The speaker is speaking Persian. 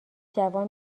جوان